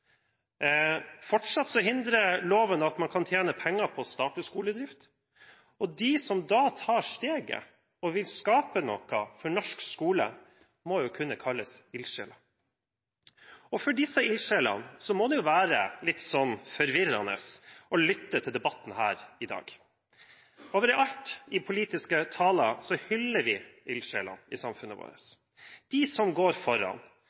Fortsatt finansieres privatskoler med lavere tilskudd enn de offentlige skolene. Fortsatt hindrer loven at man kan tjene penger på privatskoledrift. De som da tar steget og vil skape noe for norsk skole, må kunne kalles ildsjeler. For disse ildsjelene må det være litt forvirrende å lytte til debatten her i dag. I politiske taler hyller vi ildsjelene i samfunnet vårt – de som går foran,